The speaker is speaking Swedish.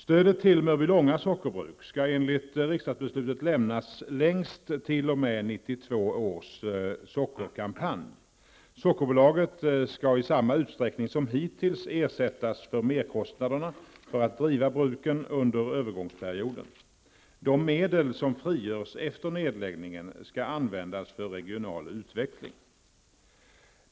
Stödet till Mörbylånga sockerbruk skall enligt riksdagsbeslutet lämnas längst t.o.m. 1992 års sockerkampanj. Sockerbolaget skall i samma utsträckning som hittills ersättas för merkostnaderna för att driva bruken under övergångsperioden. De medel som frigörs efter nedläggningen skall användas för regional utveckling.